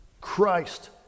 Christ